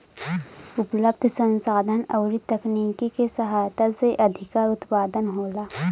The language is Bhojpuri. उपलब्ध संसाधन अउरी तकनीकी के सहायता से अधिका उत्पादन होला